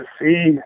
see